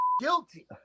guilty